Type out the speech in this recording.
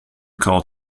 called